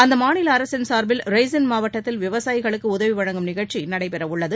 அந்த மாநில அரசின் சார்பில் ரெய்சன் மாவட்டத்தில் விவசாயிகளுக்கு உதவி வழங்கும் நிகழ்ச்சி நடைபெறவுள்ளது